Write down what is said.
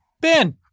Ben